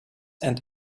and